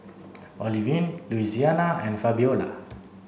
Olivine Louisiana and Fabiola